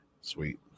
Sweet